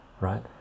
right